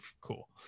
cool